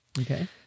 Okay